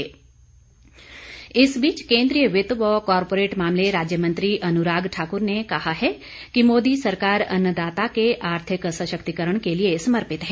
अनुराग ठाकुर इस बीच केन्द्रीय वित्त व कारपोरेट मामले राज्य मंत्री अनुराग ठाकुर ने कहा है कि मोदी सरकार अन्नदाता के आर्थिक सशक्तिकरण के लिए समर्पित है